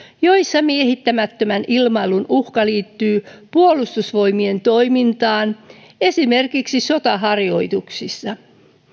joissa miehittämättömän ilmailun uhka liittyy puolustusvoimien toimintaan esimerkiksi sotaharjoituksissa